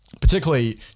Particularly